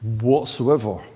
whatsoever